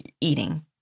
eating